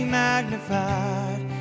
magnified